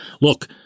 Look